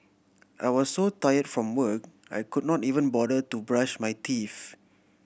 I was so tired from work I could not even bother to brush my teeth